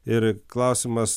ir klausimas